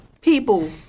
people